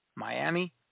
Miami